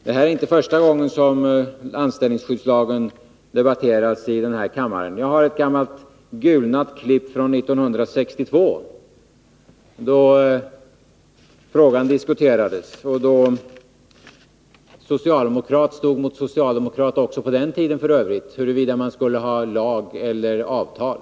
Det här är inte första gången som anställningsskyddslagen debatteras i den här kammaren. Jag har ett gammalt gulnat klipp från 1962, då frågan diskuterades. Också på den tiden stod socialdemokrat mot socialdemokrat när det gällde frågan huruvida man skulle ha lag eller avtal.